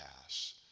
pass